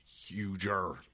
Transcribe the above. huger